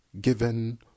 given